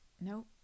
Nope